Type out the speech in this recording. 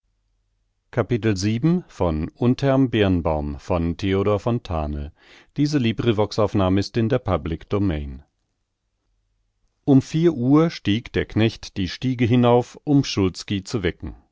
um vier uhr stieg der knecht die stiege hinauf um szulski zu wecken